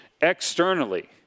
externally